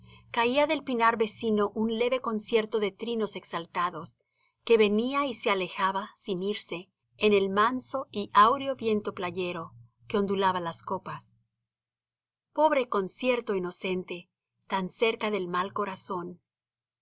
caía del pinar vecino un leve concierto de trinos exaltados que venía y se alejaba sin irse en el manso y áureo viento playero que ondulaba las copas pobre concierto inocente tan cerca del mal corazón